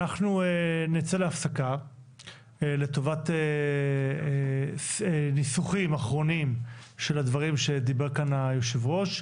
אנחנו נצא להפסקה לטובת ניסוחים אחרונים של הדברים שדיבר כאן היושב-ראש.